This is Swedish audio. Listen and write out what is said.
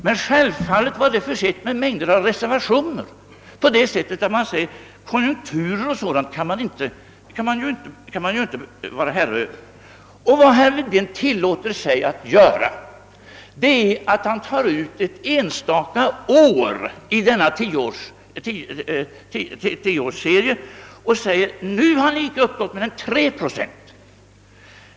Men självfallet var denna målsättning försedd med mängder av reservationer. Vi sade bl.a.: Konjunkturer och sådant kan man inte vara herre över. Vad herr Wedén tillåter sig att göra är att ta ut ett enstaka år i denna tioårsserie och säga: Nu har ni inte uppnått mer än 3 procent.